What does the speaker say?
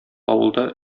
авылда